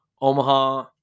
omaha